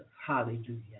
Hallelujah